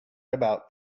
about